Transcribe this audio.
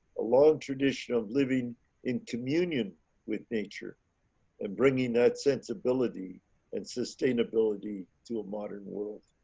a long tradition of living in communion with nature and bringing that sensibility and sustainability to modern world.